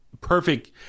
perfect